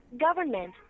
government